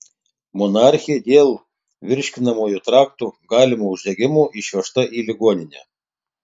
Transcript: monarchė dėl virškinamojo trakto galimo uždegimo išvežta į ligoninę